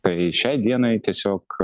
tai šiai dienai tiesiog